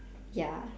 ya